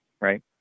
Right